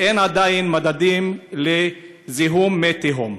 ואין עדיין מדדים לזיהום מי תהום.